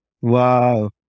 Wow